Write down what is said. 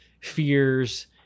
fears